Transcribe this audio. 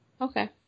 okay